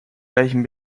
gleichen